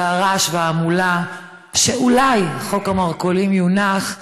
אחרי הרעש וההמולה שאולי חוק המרכולים יונח,